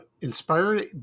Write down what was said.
inspired